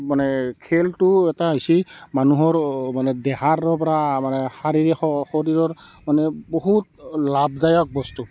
মানে খেলটো এটা হৈছে মানুহৰ মানে দেহাৰ পৰা মানে শাৰীৰ শ শৰীৰৰ মানে বহুত লাভদায়ক বস্তু